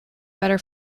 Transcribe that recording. better